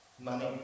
money